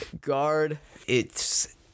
Guard—it's